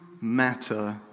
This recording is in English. matter